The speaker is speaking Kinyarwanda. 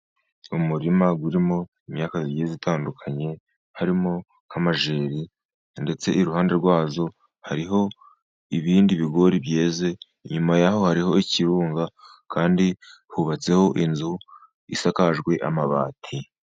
Umurima urimo imyaka igiye itandukanye harimo nk' amajeri, ndetse iruhande rwawo hariho ibindi bigori byeze. Inyuma yawo hariho ikirunga, kandi hubatseho inzu isakajwe amabati.